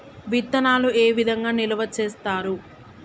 విత్తనాలు ఏ విధంగా నిల్వ చేస్తారు?